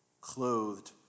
clothed